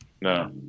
No